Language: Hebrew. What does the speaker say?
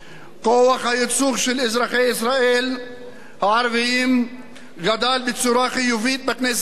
כוח הייצוג של אזרחי ישראל הערבים גדל בצורה חיובית בכנסת הזו.